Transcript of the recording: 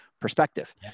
perspective